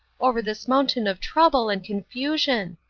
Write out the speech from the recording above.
over this mountain of trouble and confusion.